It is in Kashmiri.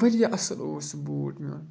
واریاہ اَصٕل اوس سُہ بوٗٹھ میون